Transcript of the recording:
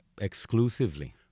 Exclusively